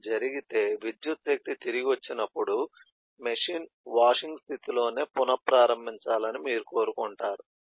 అది జరిగితే విద్యుత్ శక్తి తిరిగి వచ్చినప్పుడు మెషీన్ వాషింగ్ స్థితిలోనే పునః ప్రారంభించాలని మీరు కోరుకుంటారు